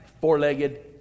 Four-legged